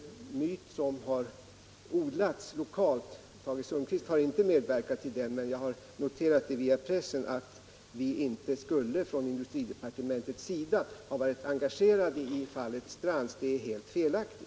Den myt som har odlats lokalt — Tage Sundkvist har inte medverkat till den, men jag har noterat den via pressen — att industridepartementet inte skulle ha varit engagerat i fallet Strands är helt felaktig.